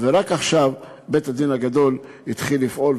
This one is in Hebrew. ורק עכשיו בית-הדין הגדול התחיל לפעול.